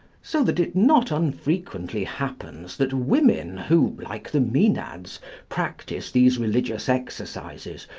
so that it not unfrequently happens that women who, like the maenades, practise these religious exercises,